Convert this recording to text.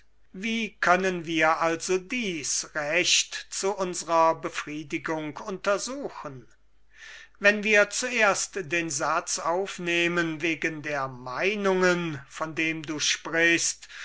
wie können wir also dies recht zu unserer befriedigung untersuchen wenn wir zuerst den satz wegen der meinungen aufnehmen von dem du sprichst